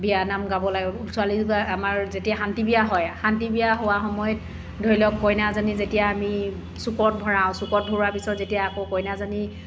বিয়ানাম গাব লাগে ছোৱালী আমাৰ যেতিয়া শান্তি বিয়া হয় শান্তি বিয়া হোৱা সময়ত ধৰি লওক কইনাজনী যেতিয়া আমি চুকত ভৰাওঁ চুকত ভৰোৱা পিছত যেতিয়া আকৌ কইনাজনী